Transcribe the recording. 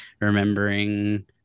remembering